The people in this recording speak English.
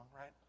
right